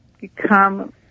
become